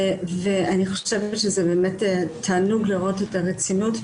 אני חושבת שזה תענוג לראות את הרצינות,